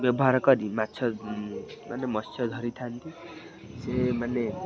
ବ୍ୟବହାର କରି ମାଛ ମାନେ ମତ୍ସ୍ୟ ଧରିଥାନ୍ତି ସେ ମାନେ